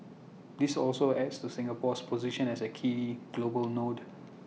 this also adds to Singapore's position as A key global node